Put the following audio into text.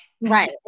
right